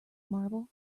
marble